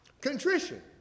Contrition